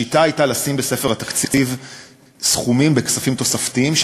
השיטה הייתה לשים בספר התקציב סכומים בכספים תוספתיים,